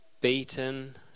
Beaten